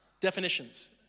definitions